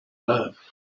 love